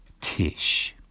Tish